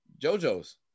Jojo's